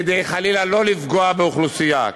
כדי חלילה לא לפגוע באוכלוסייה,